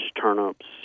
turnips